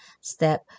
step